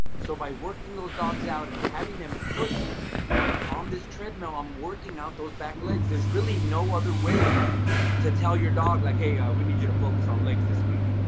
so by working those dogs out and having them push on this treadmill, i'm working out those back legs. there's really no other way to tell your dog, like, hey, we need you to focus on legs this week.